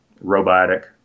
robotic